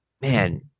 Man